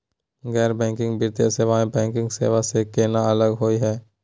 गैर बैंकिंग वित्तीय सेवाएं, बैंकिंग सेवा स केना अलग होई हे?